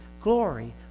glory